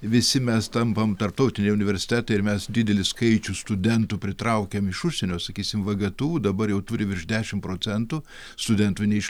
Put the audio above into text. visi mes tampam tarptautiniai universitetai ir mes didelį skaičių studentų pritraukiam iš užsienio sakysim vgtu dabar jau turi virš dešim procentų studentų ne iš